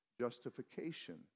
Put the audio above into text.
justification